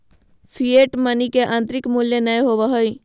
fiat money के आंतरिक मूल्य नय होबो हइ